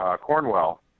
Cornwell